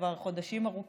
כבר חודשים ארוכים,